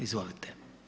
Izvolite.